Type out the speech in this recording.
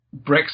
Brexit